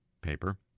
paper